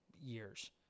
years